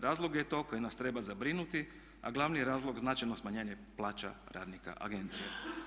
Razlog je to koji nas treba zabrinuti, a glavni razlog je značajno smanjenje plaća radnika agencija.